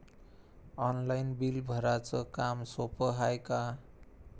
Online bill भराच काम सोपं हाय का?